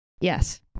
Yes